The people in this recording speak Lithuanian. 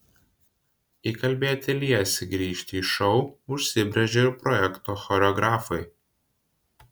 įkalbėti liesį grįžti į šou užsibrėžė ir projekto choreografai